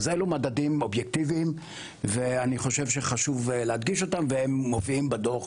אלו מדדים אובייקטיביים ואני חושב שחשוב להדגיש אותם והם מופיעים בדוח,